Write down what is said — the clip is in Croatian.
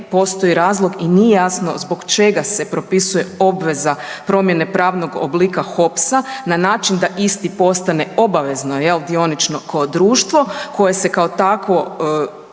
postoji razlog i nije jasno zbog čega se propisuje obveza promjene pravnog oblika HOPS-a na način da isti postane obavezno jel dioničko ko društvo koje se kao takvo